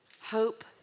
hope